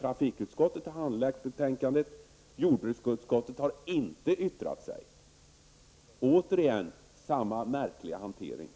Trafikutskottets har handlagt propositionen och jordbruksutskottet har inte yttrat sig -- återigen samma märkliga hantering.